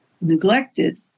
neglected